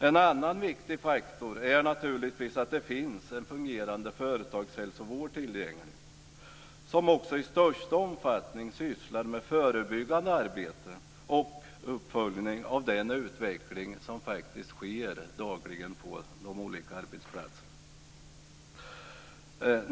En annan viktig faktor är naturligtvis att det finns en fungerande företagshälsovård tillgänglig, som också i största omfattning sysslar med förebyggande arbete och uppföljning av den utveckling som faktiskt sker dagligen på de olika arbetsplatserna.